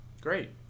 great